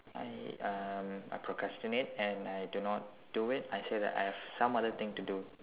I um I procrastinate and I do not do it I say that I have some other thing to do